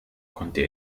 konnte